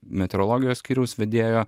meteorologijos skyriaus vedėjo